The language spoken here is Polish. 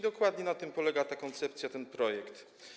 Dokładnie na tym polega ta koncepcja, ten projekt.